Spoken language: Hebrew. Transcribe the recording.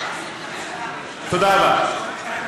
תודה רבה.